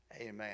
Amen